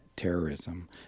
terrorism